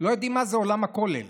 שלא יודעים מה זה עולם הכולל.